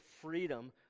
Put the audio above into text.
freedom